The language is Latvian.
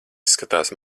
izskatās